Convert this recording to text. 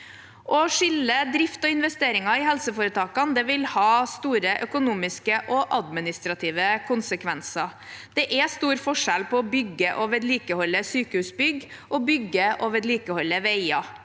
Å skille drift og investeringer i helseforetakene vil ha store økonomiske og administrative konsekvenser. Det er stor forskjell på å bygge og vedlikeholde sykehusbygg og å bygge og vedlikeholde veier.